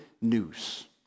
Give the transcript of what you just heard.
news